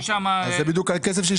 אמרתי שמההיכרות שלי עם חברי הוועדה,